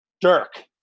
Dirk